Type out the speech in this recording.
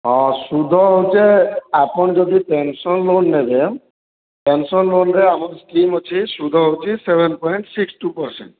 ହଁ ଶୁଦ୍ଧ ହେଉଛେ ଆପନ ଯଦି ପେନ୍ସନ ଲୋନ ନେବେ ପେନ୍ସନ ଲୋନ ରେ ଆମର ସ୍କିମ୍ ଅଛି ଶୁଦ୍ଧ ହେଉଛି seven point six two percent